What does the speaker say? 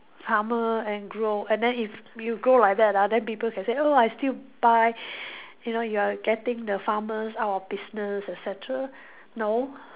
farmer and grow and then if you grow like that ah then people can say oh I still buy you know you are getting the farmers out of business et cetera no